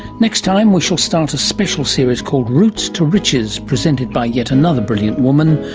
next time we shall start a special series called roots to riches presented by yet another brilliant woman,